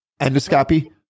Endoscopy